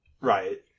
Right